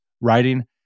writing